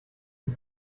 die